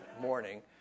morning